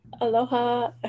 Aloha